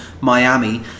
Miami